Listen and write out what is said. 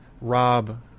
Rob